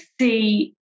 see